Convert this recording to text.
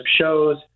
shows